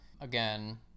again